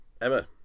Emma